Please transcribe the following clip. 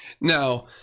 now